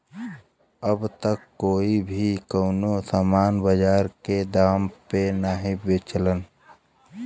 अब त कोई भी कउनो सामान बाजार के दाम पे नाहीं बेचलन